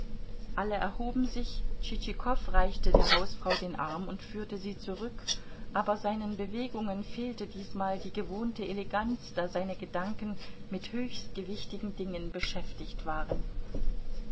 alle erhoben sich tschitschikow reichte der hausfrau den arm und führte sie zurück aber seinen bewegungen fehlte diesmal die gewohnte eleganz da seine gedanken mit höchst gewichtigen dingen beschäftigt waren